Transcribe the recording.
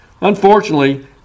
Unfortunately